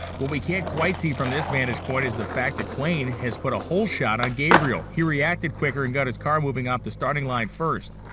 what we can't quite see from this vanish point is the fact that quain has put a hole shot on gabriel. he reacted quicker and got his car moving off the starting line first.